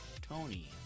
Tony